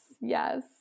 yes